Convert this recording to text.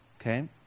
Okay